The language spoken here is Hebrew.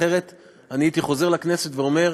אחרת הייתי חוזר לכנסת ואומר: